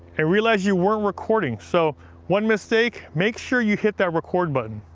and realize you weren't recording. so one mistake, make sure you hit that record button.